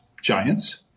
giants